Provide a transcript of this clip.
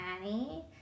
Annie